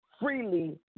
freely